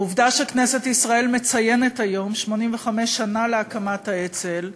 העובדה שכנסת ישראל מציינת היום 85 שנה להקמת האצ"ל,